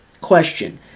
Question